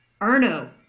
Arno